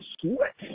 sweat